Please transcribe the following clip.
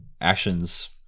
actions